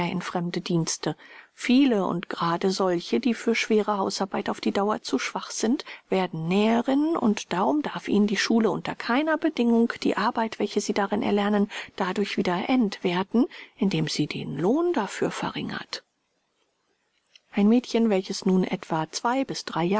in fremde dienste viele und grade solche die für schwere hausarbeit auf die dauer zu schwach sind werden näherinnen und darum darf ihnen die schule unter keiner bedingung die arbeit welche sie darin erlernen dadurch wieder entwerthen indem sie den lohn dafür verringert ein mädchen welches nun etwa zwei bis drei